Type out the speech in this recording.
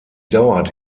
dauert